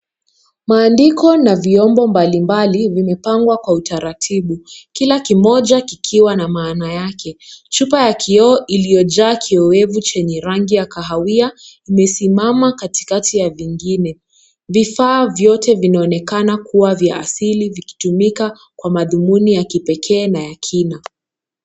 Maandiko na vyombo mbalimbali vimepangwa kwa utaratibu, kila kimoja kikiwa na maana yake. Chupa ya kioo iliyojaa kiowevu chenye rangi ya kahawia, imesimama katikati ya vingine. Vifaa vyote vinaonekana kuwa vya asili vikitumika kwa madhumuni ya kipekee na ya kina.